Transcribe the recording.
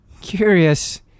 curious